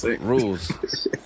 Rules